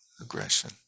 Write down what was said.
aggression